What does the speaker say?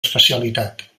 especialitat